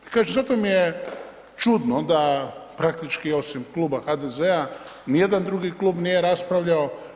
I kažem, zato mi je čudno da praktički osim kluba HDZ-a ni jedan drugi klub nije raspravljao.